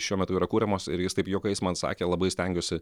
šiuo metu yra kuriamos ir jis taip juokais man sakė labai stengiuosi